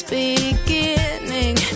beginning